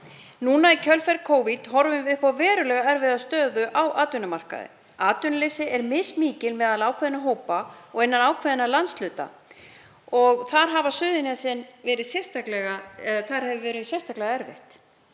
Núna í kjölfar Covid horfum við upp á verulega erfiða stöðu á atvinnumarkaði. Atvinnuleysi er mismikið meðal ákveðinna hópa og innan ákveðinna landshluta, og hefur ástandið verið sérstaklega erfitt